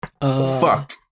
Fuck